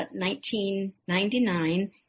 1999